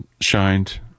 shined